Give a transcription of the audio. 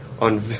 on